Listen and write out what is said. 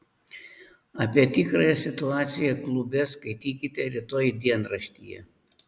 apie tikrąją situaciją klube skaitykite rytoj dienraštyje